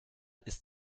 ist